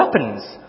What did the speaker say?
weapons